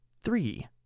three